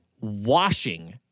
washing